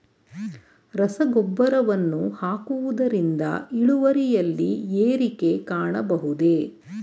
ರಸಗೊಬ್ಬರವನ್ನು ಹಾಕುವುದರಿಂದ ಇಳುವರಿಯಲ್ಲಿ ಏರಿಕೆ ಕಾಣಬಹುದೇ?